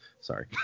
Sorry